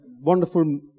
wonderful